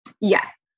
Yes